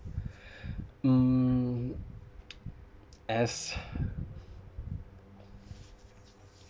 mm as